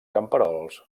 camperols